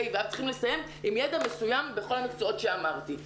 ה' צריכים לסיים עם ידע מסוים בכל המקצועות שאמרתי.